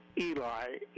Eli